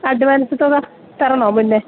advance തുക തരണോ മുന്നേ